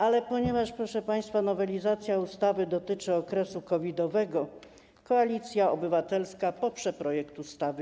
Ale ponieważ, proszę państwa, nowelizacja ustawy dotyczy okresu COVID-owego, Koalicja Obywatelska poprze projekt ustawy.